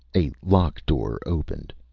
a lock-door opened.